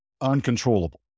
uncontrollable